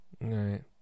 right